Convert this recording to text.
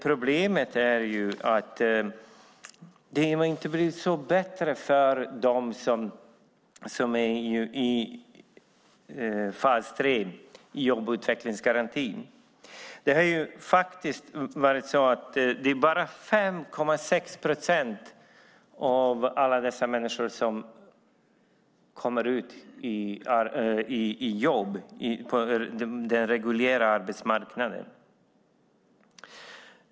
Problemet är ju att det inte har blivit bättre för dem som är i fas 3 i jobb och utvecklingsgarantin. Det har faktiskt varit så att bara 5,6 procent av alla dessa människor kommer ut på den reguljära arbetsmarknaden.